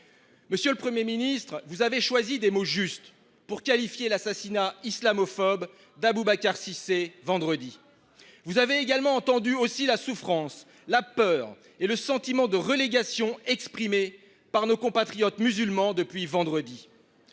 Monsieur le Premier ministre, vous avez choisi des mots justes pour qualifier l'assassinat islamophobe d'Aboubacar Cissé vendredi. Vous avez également entendu aussi la souffrance, la peur et le sentiment de relégation exprimés par nos compatriotes musulmans depuis vendredi.